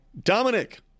Dominic